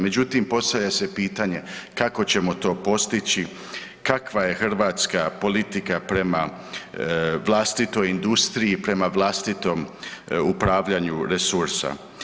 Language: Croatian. Međutim, postavlja se pitanje kako ćemo to postići, kakva je hrvatska politika prema vlastitoj industriji, prema vlastitom upravljanju resursa.